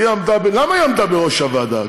למה היא עמדה בראש הוועדה?